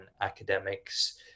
academics